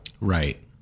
Right